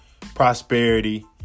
prosperity